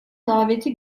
daveti